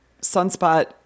Sunspot